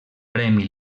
premi